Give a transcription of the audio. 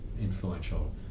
influential